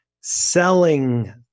selling